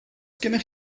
gennych